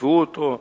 כפכפו אותו,